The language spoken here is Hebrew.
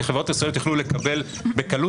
כי חברות ישראליות יוכלו לקבל בקלות,